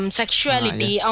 sexuality